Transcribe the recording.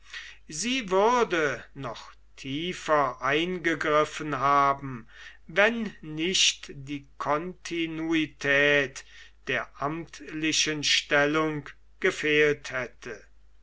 sie würde noch tiefer eingegriffen haben wenn nicht die kontinuität der amtlichen stellung gefehlt hätte